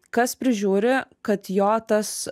kas prižiūri kad jo tas